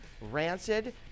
Rancid